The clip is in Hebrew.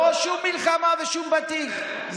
לא, שום מלחמה ושום בטיח.